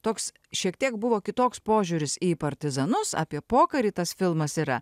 toks šiek tiek buvo kitoks požiūris į partizanus apie pokarį tas filmas yra